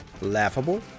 laughable